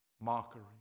mockery